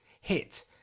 hit